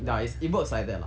ya it works like that lah